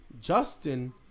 Justin